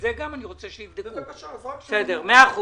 אני רוצה שגם את זה יבדקו, מאה אחוז.